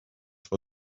for